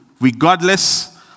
regardless